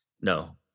No